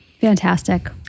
Fantastic